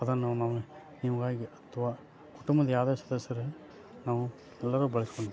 ಅದನ್ನು ನಾವು ನೀವಾಗಿ ಅಥವಾ ಕುಟುಂಬದ ಯಾವುದೇ ಸದಸ್ಯರ ನಾವು ಎಲ್ಲರೂ ಬಳ್ಸ್ಕೊಳ್ತಾ